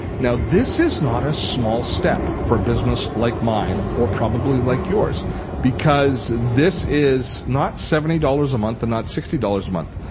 now this is not a small step for business like mine or probably like yours because this is not seventy dollars a month and not sixty dollars a month.